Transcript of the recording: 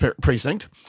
precinct